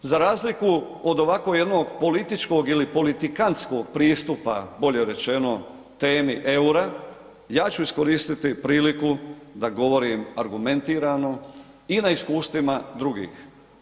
Za razliku od ovako jednog političkog ili politikantskog pristupa bolje rečeno temi EUR-a, ja ću iskoristiti priliku da govorim argumentirano i na iskustvima drugih.